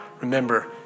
remember